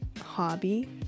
hobby